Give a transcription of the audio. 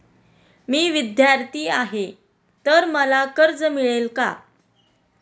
मी विद्यार्थी आहे तर मला कर्ज मिळेल का?